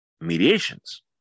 mediations